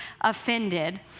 offended